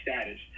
status